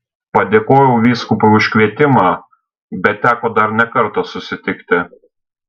padėkojau vyskupui už kvietimą bet teko dar ne kartą susitikti